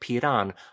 Piran